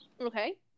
Okay